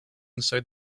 inside